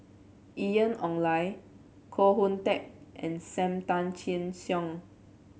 Ian Ong Li Koh Hoon Teck and Sam Tan Chin Siong